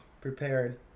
prepared